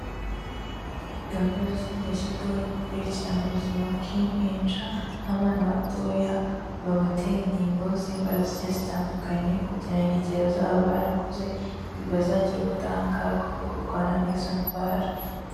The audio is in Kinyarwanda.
Gahunda rusange yashyizweho yo gukurikirana ubuzima bw'impinja, aho abana batoya babatera inkingo z'indwara zigiye zitandukanye, kugira ngo igihe bazaba barakuze, bazagire ubudahangarwa bwo kurwana n'izo ndwara.